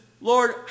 Lord